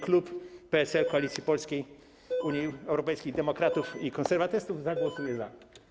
Klub PSL - Koalicji Polskiej - Unii Europejskich Demokratów i Konserwatystów zagłosuje za.